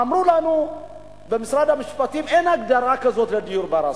אמרו לנו במשרד המשפטים: אין הגדרה לדיור בר-השגה,